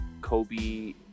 Kobe